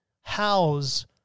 house